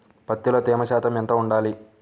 పత్తిలో తేమ శాతం ఎంత ఉండాలి?